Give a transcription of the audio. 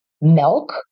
milk